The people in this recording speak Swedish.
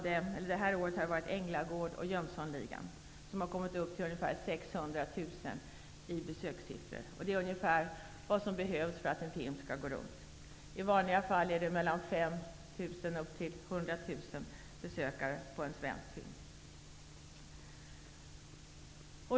Det här året har det varit Änglagård och Jönssonligan. De har kommit upp i besökssiffror på ca 600 000. Det är ungefär vad som behövs för att en film skall gå runt. I vanliga fall är det 5 000--100 000 besökare på en svensk film.